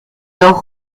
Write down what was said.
leur